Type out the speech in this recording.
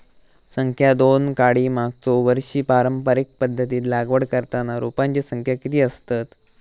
संख्या दोन काडी मागचो वर्षी पारंपरिक पध्दतीत लागवड करताना रोपांची संख्या किती आसतत?